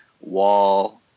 Wall